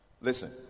Listen